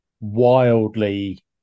wildly